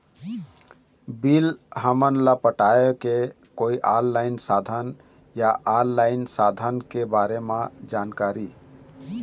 Bill हमन ला पटाए के कोई ऑनलाइन साधन या ऑफलाइन साधन के बारे मे जानकारी?